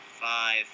five